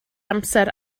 amser